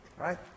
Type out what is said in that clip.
Right